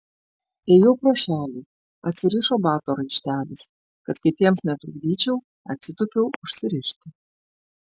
ėjau pro šalį atsirišo bato raištelis kad kitiems netrukdyčiau atsitūpiau užsirišti